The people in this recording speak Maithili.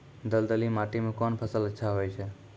दलदली माटी म कोन फसल अच्छा होय छै?